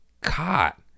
caught